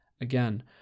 Again